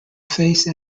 face